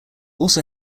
also